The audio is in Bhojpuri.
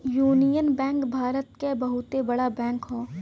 यूनिअन बैंक भारत क बहुते बड़ा बैंक हौ